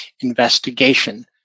investigation